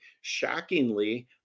Shockingly